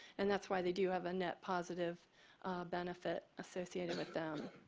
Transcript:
and that's why they do have a net positive benefit associated with them.